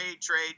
trade